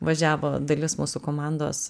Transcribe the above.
važiavo dalis mūsų komandos